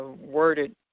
worded